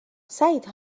سعید